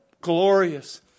glorious